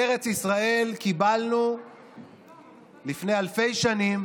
את ארץ ישראל קיבלנו לפני אלפי שנים